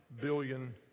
billion